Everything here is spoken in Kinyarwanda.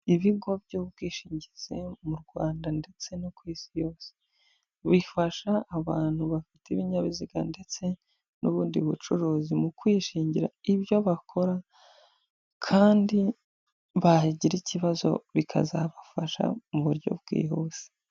Ibigo by'ubwishingizi mu Rwanda ndetse no ku isi yose bifasha abantu bafite ibinyabiziga ndetse n'ubundi bucuruzi mu kwishingira ibyo bakora kandi bagira ikibazo bikazabafasha mu buryo bwihuse.